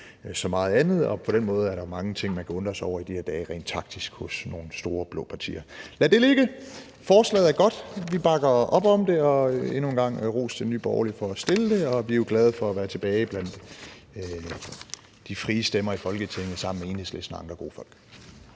så meget andet. På den måde er der jo mange ting, man rent faktisk kan undre sig over i de her dage hos nogle store blå partier. Lad det ligge. Forslaget er godt. Vi bakker op om det, og endnu en gang ros til Nye Borgerlige for at fremsætte det. Vi er jo glade for at være tilbage blandt de frie stemmer i Folketinget sammen med Enhedslisten og andre gode folk.